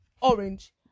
orange